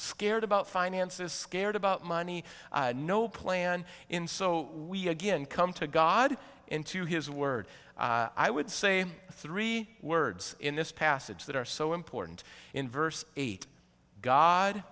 scared about finances scared about money no plan in so we again come to god into his word i would say three words in this passage that are so important in verse eight god